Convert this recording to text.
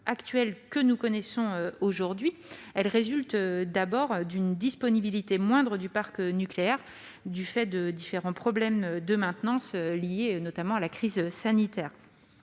situation que nous connaissons aujourd'hui résulte d'abord d'une disponibilité moindre du parc nucléaire du fait de différents problèmes de maintenance liés notamment à la crise sanitaire.